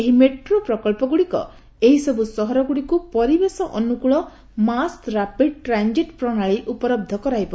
ଏହି ମେଟ୍ରୋ ପ୍ରକଳ୍ପଗୁଡ଼ିକ ଏହିସବୁ ସହରଗୁଡ଼ିକୁ ପରିବେଶ ଅନୁକୂଳ ମାସ୍ ରାପିଡ୍ ଟ୍ରାନଜିଟ୍ ପ୍ରଣାଳୀ ଉପଲବ୍ଧ କରାଇବ